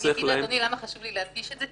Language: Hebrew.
אני אגיד לך, אדוני, למה חשוב לי להדגיש את זה.